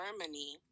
Germany